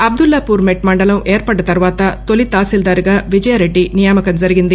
అబ్దుల్లాపూర్ మెట్ మండలం ఏర్పడ్డ తర్వాత తొలి తహసీల్దార్ గా విజయారెడ్డి నియామకం జరిగింది